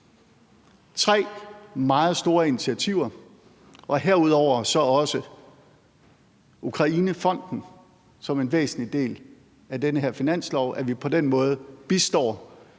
tre meget store initiativer. Herudover er der også Ukrainefonden som en væsentlig del af den her finanslov, hvor vi på den måde bistår